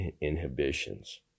inhibitions